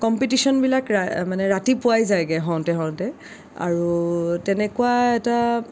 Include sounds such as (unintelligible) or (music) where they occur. কম্পিটিশ্যনবিলাক (unintelligible) মানে ৰাতি পুৱাই যাইগে হওঁতে হওঁতে আৰু তেনেকুৱা এটা